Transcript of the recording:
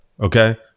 Okay